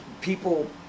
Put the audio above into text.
People